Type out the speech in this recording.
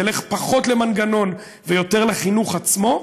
תלך פחות למנגנון ויותר לחינוך עצמו,